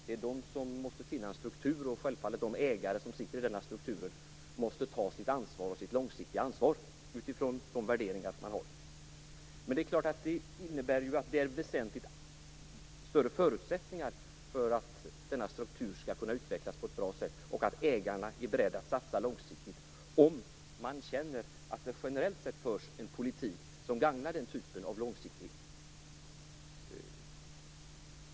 Det är den som måste finna en struktur, och de ägare som sitter i denna struktur måste självfallet ta sitt långsiktiga ansvar utifrån de värderingar som de har. Men det är klart att det innebär att det blir väsentligt större förutsättningar för att denna struktur skall kunna utvecklas på ett bra sätt och att ägarna är beredda att satsa långsiktigt om de känner att det generellt sätt förs en politik som gagnar den typen av långsiktighet.